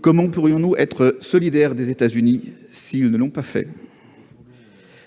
Comment pourrions-nous être solidaires de ce pays s'il ne l'a pas fait ?